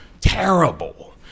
terrible